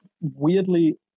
weirdly